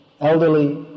elderly